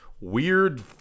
weird